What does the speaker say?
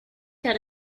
got